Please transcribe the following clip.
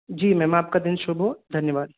जी ma'am आपका दिन शुभ हो धन्यवाद